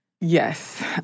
Yes